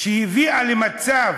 שהביאה למצב